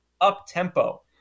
up-tempo